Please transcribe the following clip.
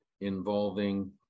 involving